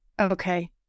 Okay